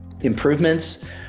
improvements